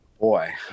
Boy